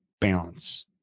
balance